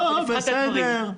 אנחנו נבחן את הדברים,